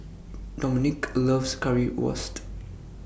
Dominque loves Currywurst